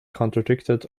contradicted